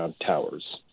towers